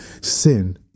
Sin